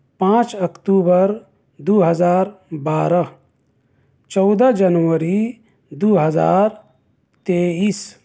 پانچ اکتوبر دو ہزار بارہ چودہ جنوری دو ہزار تیئس